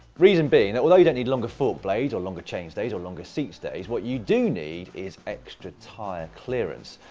reason being that although you don't need longer fork blades, or longer chain stays, or longer seat stays, what you do need is extra tyre clearance.